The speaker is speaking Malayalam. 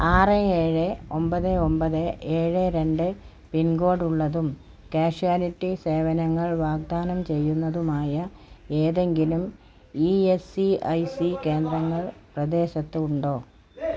ആറ് ഏഴ് ഒമ്പത് ഒമ്പത് ഏഴ് രണ്ട് പിൻകോഡ് ഉള്ളതും കാഷ്വാലിറ്റി സേവനങ്ങൾ വാഗ്ദാനം ചെയ്യുന്നതുമായ ഏതെങ്കിലും ഇ എസ് സി ഐ സി കേന്ദ്രങ്ങൾ പ്രദേശത്ത് ഉണ്ടോ